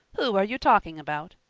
who are you talking about?